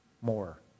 more